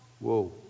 whoa